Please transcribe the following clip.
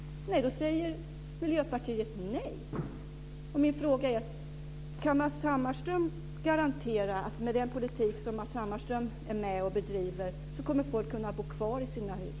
Då säger Miljöpartiet nej. Min fråga är: Kan Matz Hammarström garantera att med den politik som han är med och bedriver så kommer människor att kunna bo kvar i sina hus?